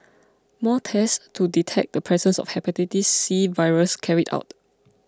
more tests to detect the presence of Hepatitis C virus carried out